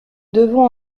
devons